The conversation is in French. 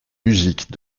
musiques